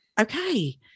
Okay